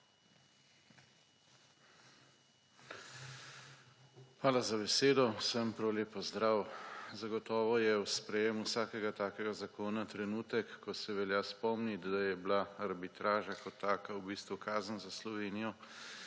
Hvala za besedo. Vsem prav lep pozdrav! Zagotovo je sprejem vsakega takega zakona trenutek, ko se velja spomniti, da je bila arbitraža kot taka v bistvu kazen za Slovenijo